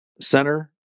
center